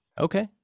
Okay